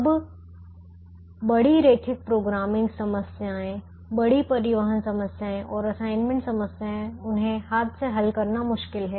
अब बड़ी रैखिक प्रोग्रामिंग समस्याएं बड़ी परिवहन समस्याएं और असाइनमेंट समस्याएं उन्हें हाथ से हल करना मुश्किल है